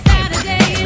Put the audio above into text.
Saturday